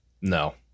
No